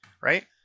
right